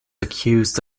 accused